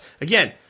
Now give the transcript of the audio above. again